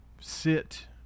sit